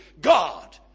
God